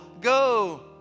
go